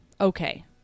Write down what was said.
Okay